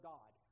God